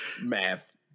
math